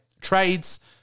Trades